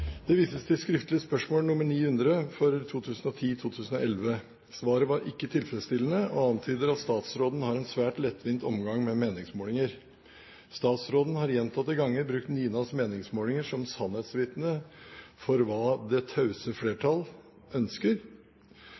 antyder at statsråden har en svært lettvint omgang med meningsmålinger. Statsråden har gjentatte ganger brukt NINAs meningsmålinger som sannhetsvitne for hva «det tause flertall» ønsker.